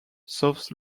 south